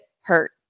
hurt